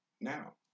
now